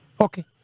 Okay